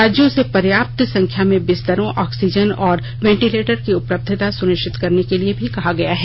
राज्यों से पर्याप्त संख्या में बिस्तरों ऑक्सीजन और वेंटीलेटर की उपलब्धता सुनिश्चित करने के लिए मी कहा गया है